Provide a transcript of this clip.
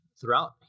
throughout